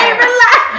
relax